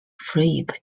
fripp